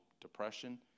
Depression